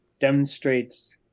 demonstrates